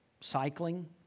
cycling